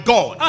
God